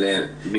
אבל